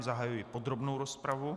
Zahajuji podrobnou rozpravu.